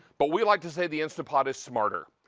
but we like to say the instant pot is smarter.